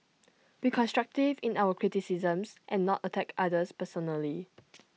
be constructive in our criticisms and not attack others personally